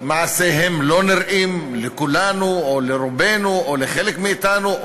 שמעשיהם לא נראים לכולנו או לרובנו או לחלק מאתנו,